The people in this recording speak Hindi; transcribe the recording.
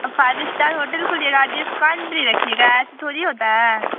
मैम फाइव स्टार होटल खोलिएगा डिस्काउंट नहीं रखिएगा ऐसे थोड़ी होता है